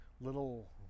little